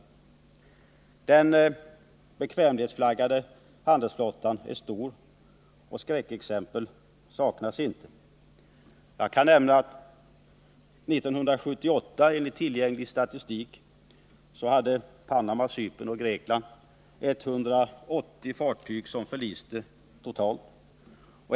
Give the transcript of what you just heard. Den bekvämlighetsflaggade handelsflottan är stor, och skräckexempel saknas inte. Jag kan nämna att 1978 hade, enligt tillgänglig statistik, Panama, Cypern och Grekland 180 fartyg som förliste totalt.